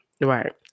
Right